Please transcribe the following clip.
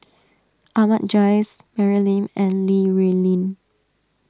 Ahmad Jais Mary Lim and Li Rulin